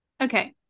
okay